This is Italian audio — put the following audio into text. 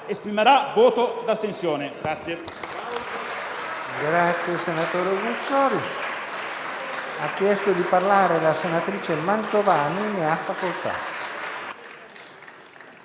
Il provvedimento oggi in discussione contiene alcune disposizioni urgenti che si applicano al periodo attuale di emergenza epidemiologica e allo svolgimento delle elezioni per l'anno 2021.